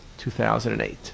2008